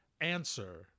answer